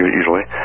usually